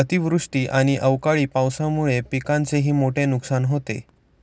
अतिवृष्टी आणि अवकाळी पावसामुळे पिकांचेही मोठे नुकसान होते